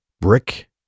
Brick